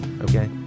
Okay